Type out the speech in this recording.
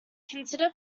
consider